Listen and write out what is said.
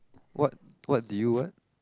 what what did you what